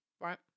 right